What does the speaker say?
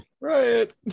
Right